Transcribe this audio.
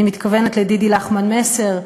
אני מתכוונת לדידי לחמן-מסר,